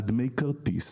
על דמי כרטיס,